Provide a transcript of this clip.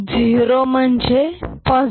zero म्हणजे 127